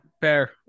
Fair